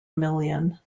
million